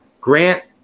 Grant